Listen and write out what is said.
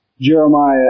Jeremiah